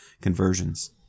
conversions